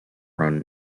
run